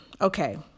Okay